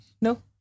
No